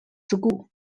school